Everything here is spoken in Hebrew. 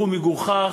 והוא מגוחך,